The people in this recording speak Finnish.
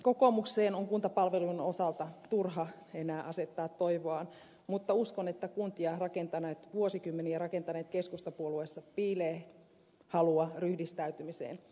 kokoomukseen on kuntapalvelujen osalta turha enää asettaa toivoaan mutta uskon että kuntia vuosikymmeniä rakentaneessa keskustapuolueessa piilee halua ryhdistäytymiseen